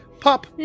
Pop